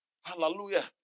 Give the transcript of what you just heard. Hallelujah